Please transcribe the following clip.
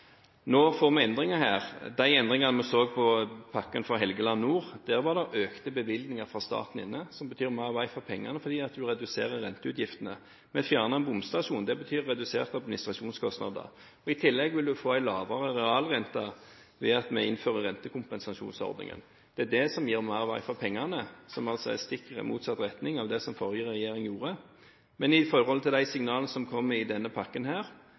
Nå får vi endringer her. I de endringene vi så i pakken fra Helgeland nord, lå det inne økte bevilgninger fra staten, noe som betyr mer vei for pengene fordi man reduserer renteutgiftene. Vi fjerner en bomstasjon. Det betyr reduserte administrasjonskostnader, og i tillegg vil man få en lavere realrente ved at vi innfører rentekompensasjonsordningen. Det er det som gir mer vei for pengene, som altså er stikk motsatt av det som forrige regjering gjorde, men vi vil selvsagt også lytte til signalene fra Stortinget i forbindelse med denne pakken.